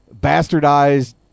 bastardized